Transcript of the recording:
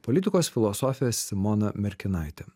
politikos filosofė simona merkinaitė